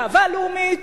גאווה לאומית.